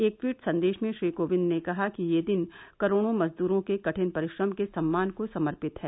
एक ट्वीट संदेश में श्री कोविंद ने कहा कि ये दिन करोडों मजदूरों के कठिन परिश्रम के सम्मान को समर्पित है